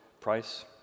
price